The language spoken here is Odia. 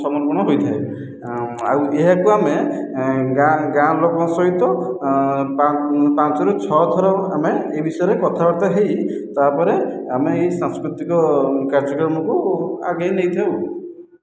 ସମର୍ପଣ ହୋଇଥାଏ ଆଉ ଏହାକୁ ଆମେ ଗାଁ ଗାଁ ଲୋକଙ୍କ ସହିତ ପାଞ୍ଚରୁ ଛଅଥର ଆମେ ଏ ବିଷୟରେ କଥାବାର୍ତ୍ତା ହୋଇ ତା'ପରେ ଆମେ ଏହି ସାଂସ୍କୃତିକ କାର୍ଯ୍ୟକ୍ରମକୁ ଆଗେଇ ନେଇଥାଉ